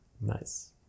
Nice